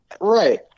Right